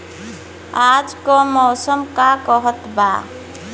आज क मौसम का कहत बा?